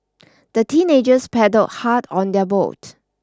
the teenagers paddled hard on their boat